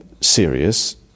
serious